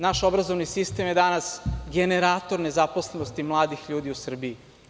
Naš obrazovni sistem je danas generator nezaposlenosti mladih ljudi u Srbiji.